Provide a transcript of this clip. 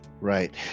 Right